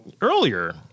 earlier